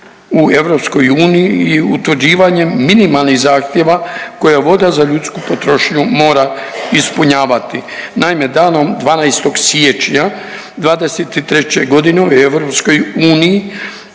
u EU i utvrđivanje minimalnih zahtjeva koje voda za ljudsku potrošnju mora ispunjavati. Naime, danom 12. siječnja '23. godine u EU